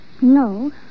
No